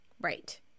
Right